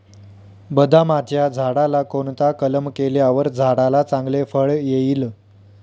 बदामाच्या झाडाला कोणता कलम केल्यावर झाडाला चांगले फळ येईल?